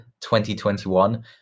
2021